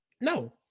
No